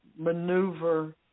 Maneuver